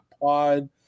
Pod